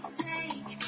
take